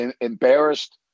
embarrassed